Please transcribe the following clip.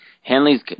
Hanley's